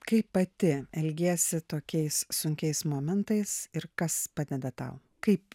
kaip pati elgiesi tokiais sunkiais momentais ir kas padeda tau kaip